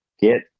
get